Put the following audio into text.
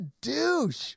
douche